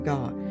God